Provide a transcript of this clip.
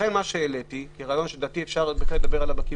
לכן העליתי רעיון שבהחלט אפשר לדבר עליו,